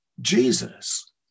jesus